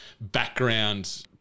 background